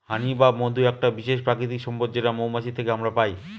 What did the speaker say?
হানি বা মধু একটা বিশেষ প্রাকৃতিক সম্পদ যেটা মৌমাছি থেকে আমরা পাই